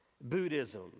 Buddhism